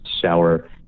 shower